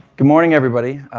good morning everybody.